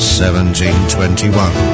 1721